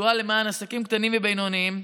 השדולה למען עסקים קטנים ובינוניים,